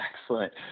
Excellent